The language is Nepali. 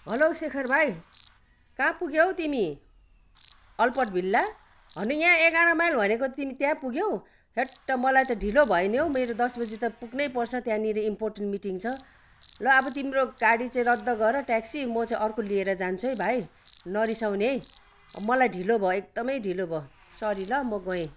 हेलो शेखर भाइ कहाँ पुग्यौ तिमी अल्बर्ट भिल्ला हन यहाँ एघार माइल भनेको तिमी त्यहाँ पुग्यौ हैट मलाई ढिलो भयो नि हौ मेरो दस बजी त पुग्नैपर्छ त्यहाँनिर इम्पोर्टेन्ट मिटिङ छ ल अब तिम्रो गाडी चाहिँ रद्द गर ट्याक्सी म चाहिँ अर्को लिएर जान्छु है भाइ नरिसाउने है मलाई ढिलो भयो एकदमै ढिलो भयो सरी ल म गएँ